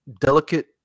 delicate